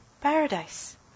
paradise